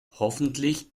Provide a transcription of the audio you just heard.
hoffentlich